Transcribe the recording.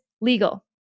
legal